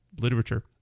literature